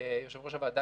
יושב-ראש הוועדה,